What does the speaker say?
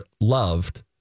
loved